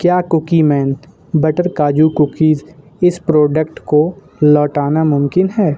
کیا cookie man butter kaju cookies اس product کو لوٹانا ممکن ہے